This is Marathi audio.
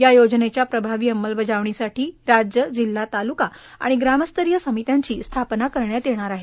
या योजनेच्या प्रमावी अंमलबजावणीसाठी राज्य जिल्हा तालुका आणि ग्रामस्तरीय समित्यांची स्थापना करण्यात येणार आहे